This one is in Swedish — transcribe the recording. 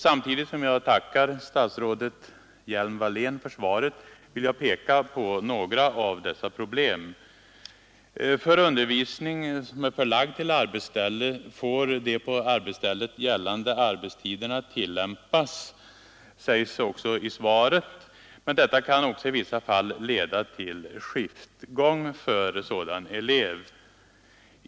Samtidigt som jag tackar statsrådet Hjelm-Wallén för svaret vill jag peka på några av dessa problem. För undervisning som är förlagd till arbetsställe får de på arbetsstället gällande arbetstiderna tillämpas, sägs det också i svaret, men detta kan i vissa fall leda till skiftgång för sådan elev.